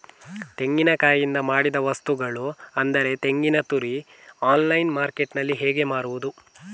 ತೆಂಗಿನಕಾಯಿಯಿಂದ ಮಾಡಿದ ವಸ್ತುಗಳು ಅಂದರೆ ತೆಂಗಿನತುರಿ ಆನ್ಲೈನ್ ಮಾರ್ಕೆಟ್ಟಿನಲ್ಲಿ ಹೇಗೆ ಮಾರುದು?